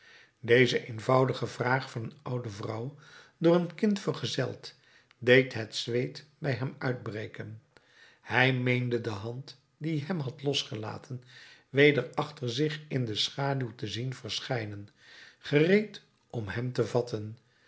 deze eenvoudige vraag van een oude vrouw door een kind vergezeld deed het zweet bij hem uitbreken hij meende de hand die hem had losgelaten weder achter zich in de schaduw te zien verschijnen gereed om hem te vatten